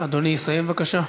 אדוני יסיים בבקשה.